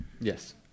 Yes